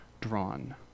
drawn